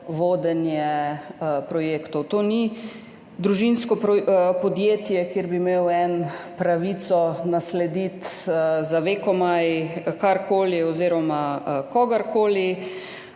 vodenje projektov. To ni družinsko podjetje, kjer bi imel eden pravico naslediti za vekomaj karkoli oziroma kogarkoli.